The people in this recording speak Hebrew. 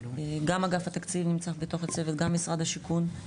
גם אגף התקציב נמצא בתוך הצוות גם משרד השיכון.